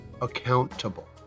accountable